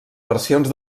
versions